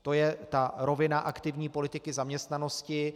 To je ta rovina aktivní politiky zaměstnanosti.